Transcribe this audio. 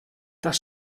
das